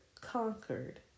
conquered